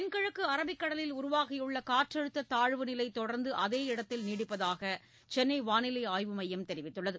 தென்கிழக்கு அரபிக் கடலில் உருவாகியுள்ள காற்றழுத்த தாழ்வு நிலை தொடர்ந்து அதே இடத்தில் நீடிப்பதாக சென்னை வானிலை ஆய்வு மையம் தெரிவித்துள்ளது